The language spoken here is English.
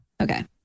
Okay